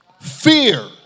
Fear